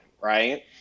right